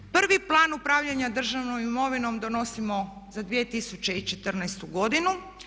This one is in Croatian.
Prvi plan upravljanja državnom imovinom donosimo za 2014.godinu.